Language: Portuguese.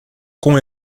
com